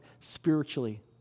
spiritually